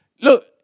look